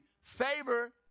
Favor